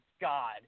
God